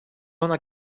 ana